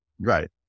Right